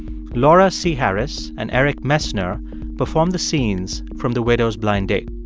laura c. harris and eric messner performed the scenes from the widow's blind date.